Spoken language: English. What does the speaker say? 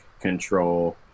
control